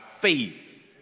faith